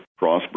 Crossbreed